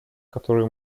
которые